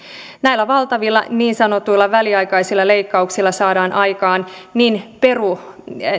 näillä valtavilla niin sanotuilla väliaikaisilla leikkauksilla saadaan aikaan